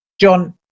John